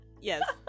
Yes